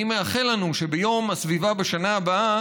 אני מאחל לנו שביום הסביבה בשנה הבאה